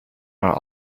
are